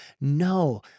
No